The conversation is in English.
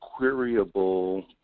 queryable